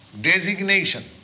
designation